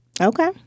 okay